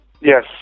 Yes